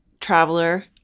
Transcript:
traveler